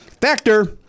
factor